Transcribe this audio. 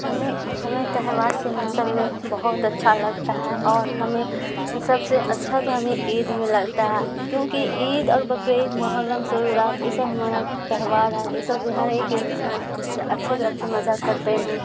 ہمیں ہمیں تہوار کے موسم میں بہت اچھا لگتا ہے اور ہمیں سب سے اچھا تو ہمیں عید میں لگتا ہے کیونکہ عید اور بقرعید محرم شب برات یہ سب ہمارا تہوار ہے یہ سب ہر ایک انسان اچھے سے اچھے مزہ کرتے ہیں